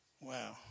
Wow